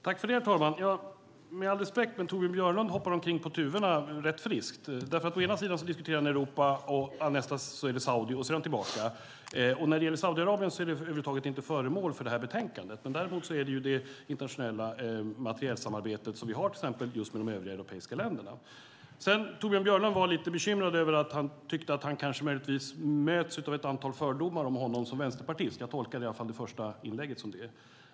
Herr talman! Med all respekt för Torbjörn Björlund måste jag säga att han hoppar omkring på tuvorna rätt friskt. Å ena sidan diskuterar han Europa, å andra sidan diskuterar han Saudiarabien. Sedan är han tillbaka till Europa. Saudiarabien är över huvud taget inte föremål för detta betänkande. Det är däremot det internationella materielsamarbete som vi har med till exempel övriga europeiska länder. Torbjörn Björlund var lite bekymrad över att han som vänsterpartist kanske möts av ett antal fördomar. Jag tolkade hans inlägg på det sättet.